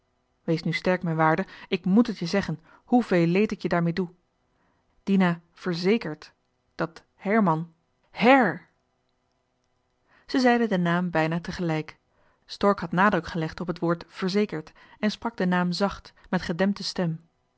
wees nu sterk mijn waarde ik met het je zeggen heveel leed ik je daarmee doe dina verzekert dat herman her zij zeiden den naam bijna tegelijk stork had nadruk gelegd op het woord verzekert en sprak den naam zacht met gedempte stem